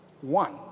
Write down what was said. One